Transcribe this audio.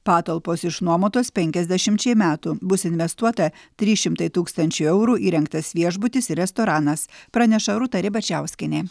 patalpos išnuomotos penkiasdešimčiai metų bus investuota trys šimtai tūkstančių eurų įrengtas viešbutis ir restoranas praneša rūta ribačiauskienė